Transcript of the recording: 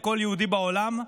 לכל יהודי בעולם,